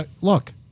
look